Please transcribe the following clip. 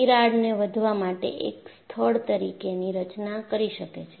તે તિરાડને વધવા માટે એક સ્થળ તરીકેની રચના કરી શકે છે